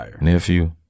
Nephew